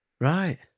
Right